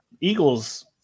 Eagles